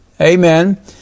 Amen